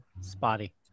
spotty